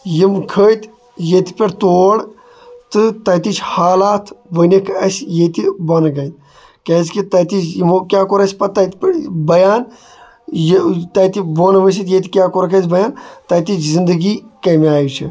یِم کھٔتۍ ییٚتہِ پٮ۪ٹھ تور تہٕ تِتِچ حالات ؤنِکھ اَسہِ ییٚتہِ بۄنہٕ کَنہِ کیازِ کہِ تَتِچ یِمو کیاہ کوٚر اَسہِ تَتہِ پٮ۪ٹھ بَیان یہِ تَتہِ بۄن ؤسِتھ ییٚتہِ کیاہ کوٚرُکھ اَسہِ بَیان تَتِچ زنٛدگی کمہِ آیہِ چھِ